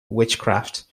witchcraft